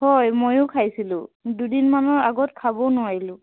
হয় ময়ো খাইছিলোঁ দুদিনমানৰ আগত খাব নোৱাৰিলোঁ